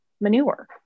manure